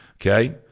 Okay